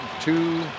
two